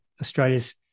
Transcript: Australia's